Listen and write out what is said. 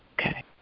Okay